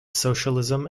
socialism